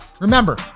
remember